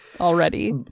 already